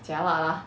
jialat lah